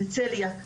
לצליאק,